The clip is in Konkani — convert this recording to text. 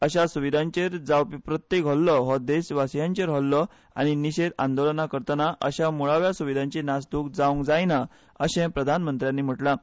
अशा सुविदांचेर जावपी प्रत्येक हल्लो हो देशवासींयांचेर हल्लो आनी निशेध आंदोलनां करतना अशा मुळाव्या सुविधांची नासधूस जावंक जायना अर्शे प्रधानमंत्र्यांनी म्हणलां